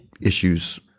issues